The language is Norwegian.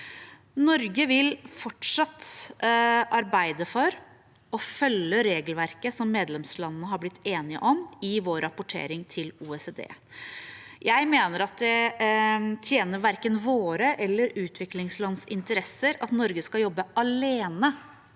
Norge vil fortsatt arbeide for, og følge, regelverket som medlemslandene er blitt enige om, i vår rapportering til OECD. Jeg mener det tjener verken våre eller utviklingslands interesser at Norge skal jobbe alene